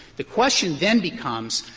the question then becomes,